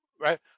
right